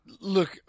Look